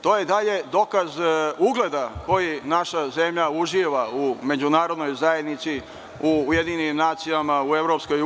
To je dalje dokaz ugleda koji naša zemlja uživa u međunarodnoj zajednici, u UN, u EU.